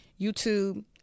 YouTube